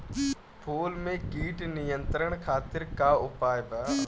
फूल में कीट नियंत्रण खातिर का उपाय बा?